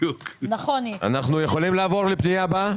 אנחנו יכולים לעבור לפנייה הבאה?